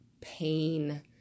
pain